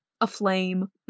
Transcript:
aflame